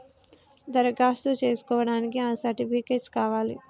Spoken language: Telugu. దరఖాస్తు చేస్కోవడానికి ఏ సర్టిఫికేట్స్ కావాలి?